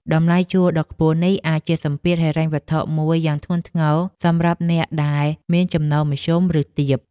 តម្លៃជួលដ៏ខ្ពស់នេះអាចជាសម្ពាធហិរញ្ញវត្ថុមួយយ៉ាងធ្ងន់ធ្ងរសម្រាប់អ្នកដែលមានចំណូលមធ្យមឬទាប។